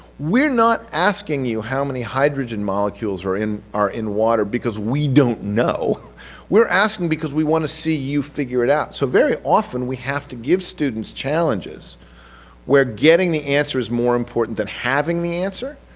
we're not asking you how many hydrogen molecules are in are in water because we don't know we're asking because we want to see you figure it out. so, very often we have to give students challenges where getting the answers is more important than having the answer,